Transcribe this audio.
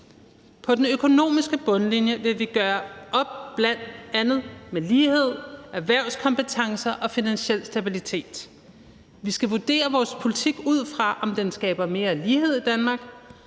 På den økonomiske bundlinje vil vi bl.a. opgøre lighed, erhvervskompetencer og finansiel stabilitet. Vi skal vurdere vores politik ud fra, om den skaber mere lighed i Danmark,